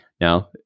Now